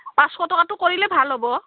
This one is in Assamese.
পাঁচশ টকাটো কৰিলে ভাল হ'ব